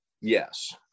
yes